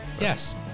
Yes